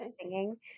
singing